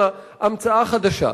אלא המצאה חדשה.